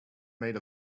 made